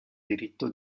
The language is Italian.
diritto